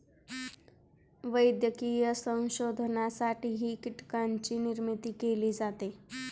वैज्ञानिक संशोधनासाठीही कीटकांची निर्मिती केली जाते